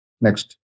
Next